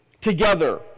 together